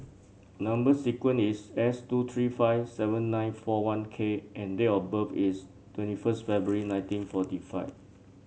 number sequence is S two three five seven nine four one K and date of birth is twenty first February nineteen forty five